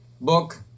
book